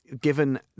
given